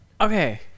okay